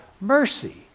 mercy